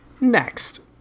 Next